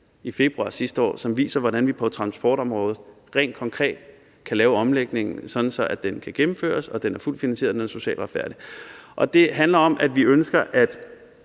i februar sidste år, som viser, hvordan vi på transportområdet rent konkret kan lave omlægningen, sådan at den kan gennemføres, at den er fuldt finansieret, og at den er